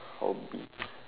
hobby